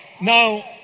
Now